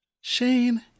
Shane